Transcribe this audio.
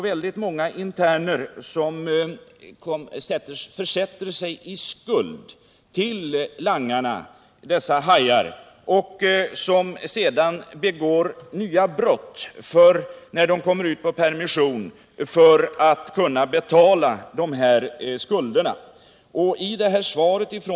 Väldigt många interner försätter sig i skuld till langarna — dessa hajar — och begår sedan nya brott när de kommer ut på permission för att kunna betala dessa skulder.